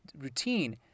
routine